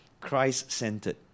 Christ-centered